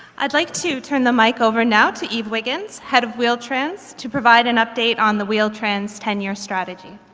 i'd like to turn the mic over now to eve wiggins, head of wheel-trans, to provide an update on the wheel-trans ten year strategy.